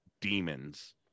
demons